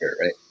right